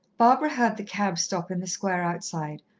barbara heard the cab stop in the square outside,